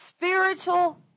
Spiritual